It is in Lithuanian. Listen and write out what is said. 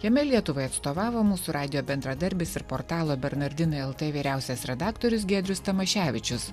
jame lietuvai atstovavo mūsų radijo bendradarbis ir portalo bernardinai lt vyriausias redaktorius giedrius tamaševičius